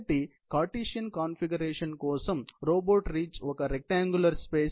కాబట్టి Cartesian configuration కోసం robot reach ఒక రెక్టాన్గులర్ స్పేస్